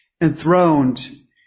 enthroned